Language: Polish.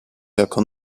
jako